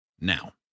now